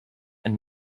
and